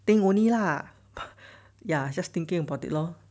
think only lah ya just thinking about it lor